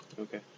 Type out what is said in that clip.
Okay